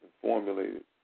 formulated